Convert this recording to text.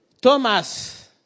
Thomas